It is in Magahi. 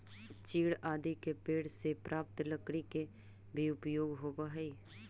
चीड़ आदि के पेड़ से प्राप्त लकड़ी के भी उपयोग होवऽ हई